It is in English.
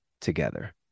together